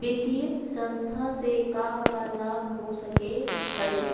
वित्तीय संस्था से का का लाभ हो सके हई